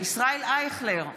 ישראל אייכלר,